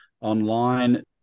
online